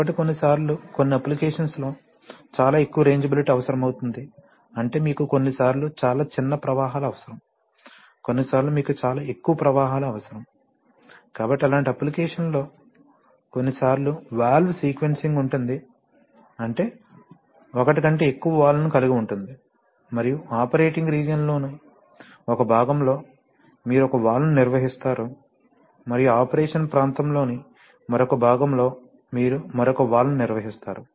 కాబట్టి కొన్నిసార్లు కొన్ని అప్లికేషన్స్ లో చాలా ఎక్కువ రేంజిబిలిటీ అవసరమవుతుంది అంటే మీకు కొన్నిసార్లు చాలా చిన్న ప్రవాహాలు అవసరం కొన్నిసార్లు మీకు చాలా ఎక్కువ ప్రవాహాలు అవసరం కాబట్టి అలాంటి అప్లికేషన్స్ లో కొన్నిసార్లు వాల్వ్ సీక్వెన్సింగ్ ఉంటుంది అంటే ఒకటి కంటే ఎక్కువ వాల్వ్లను కలిగి ఉంటుంది మరియు ఆపరేటింగ్ రీజియన్లోని ఒక భాగంలో మీరు ఒక వాల్వ్ను నిర్వహిస్తారు మరియు ఆపరేషన్ ప్రాంతంలోని మరొక భాగంలో మీరు మరొక వాల్వ్ను నిర్వహిస్తారు